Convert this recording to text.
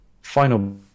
final